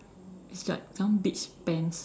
it's like some beach pants